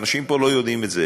ואנשים פה לא יודעים את זה,